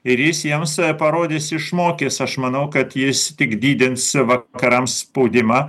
ir jis jiems parodys išmokys aš manau kad jis tik didins vakarams spaudimą